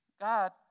God